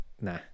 Nah